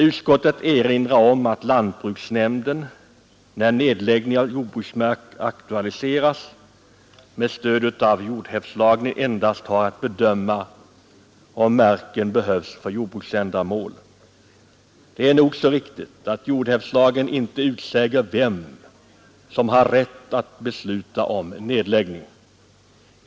Utskottet erinrar om att lantbruksnämnden, när nedläggning av jordbruksmark aktualiseras, med stöd av jordhävdslagen endast har att bedöma om marken behövs för jordbruksändamål. Det är nog så riktigt att jordhävdslagen inte utsäger vem som har rätt att besluta om nedläggning.